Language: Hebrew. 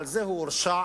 על זה הוא הורשע